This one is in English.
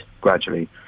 gradually